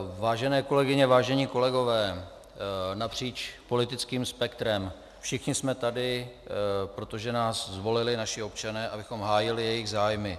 Vážené kolegyně, vážení kolegové napříč politickým spektrem, všichni jsme tady, protože nás zvolili naši občané, abychom hájili jejich zájmy.